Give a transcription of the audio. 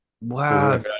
wow